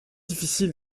difficile